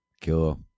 Cool